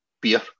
beer